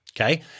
Okay